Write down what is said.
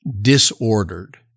disordered